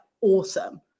awesome